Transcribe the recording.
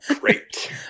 Great